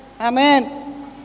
Amen